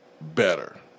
better